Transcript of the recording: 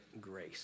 grace